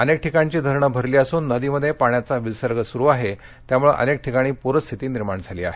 अनेक ठिकाणची धरणं भरली असून नदीमध्ये पाण्याचा विसर्ग सुरू आहे त्यामुळे अनेक ठिकाणी पूरस्थिती निर्माण झाली आहे